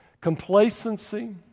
Complacency